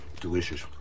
delicious